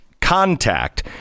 contact